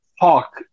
talk